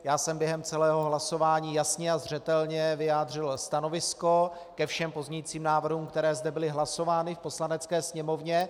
Já jsem během celého hlasování jasně a zřetelně vyjádřil stanovisko ke všem pozměňovacím návrhům, které zde byly hlasovány v Poslanecké sněmovně.